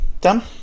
done